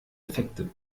effekte